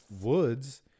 woods